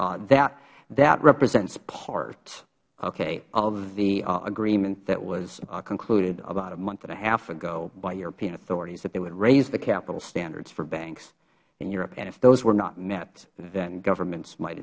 that represents part okay of the agreement that was concluded about a month and a half ago by european authorities that they would raise the capital standards for banks in europe and if those were not met then governments might